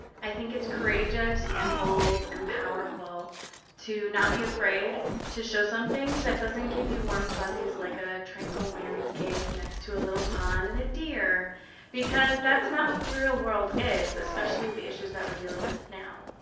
i think it's courageous, and bold, and powerful to not be afraid to show something that doesn't give you warm fuzzies like a tranquil landscape next to a little pond and a deer because that's not what the real world is, especially the issues that we're dealing with now.